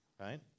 right